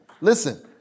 Listen